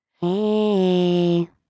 Hey